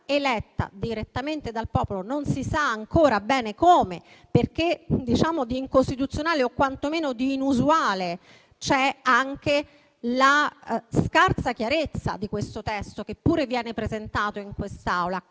eletta direttamente dal popolo non si sa ancora bene come. Questo perché di incostituzionale, o quantomeno di inusuale, c'è anche la scarsa chiarezza di questo testo, che pure viene presentato in quest'Aula.